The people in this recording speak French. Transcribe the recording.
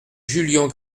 julian